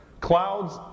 clouds